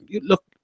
look